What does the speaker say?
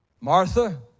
Martha